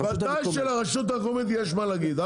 ודאי שלרשות המקומית יש מה להגיד.